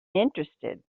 interested